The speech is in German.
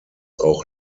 auch